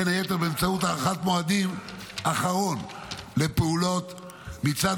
בין היתר באמצעות הארכת מועדים לפעולות מצד